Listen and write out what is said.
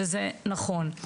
וזה נכון.